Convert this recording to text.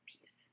piece